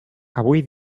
avui